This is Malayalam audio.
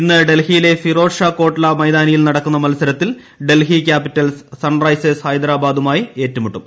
ഇന്ന് ഡൽഹീയ്ടില്ലെ ഫിറോസ് ഷാ കോട്ട്ലാ മൈതാനിയിൽ നടക്കുന്ന് മൽസരത്തിൽ ഡൽഹി ക്യാപ്പിറ്റൽസ് സൺ റൈസേഴ്സ് ഹൈദരാബാദുമായി ഏറ്റുമുട്ടും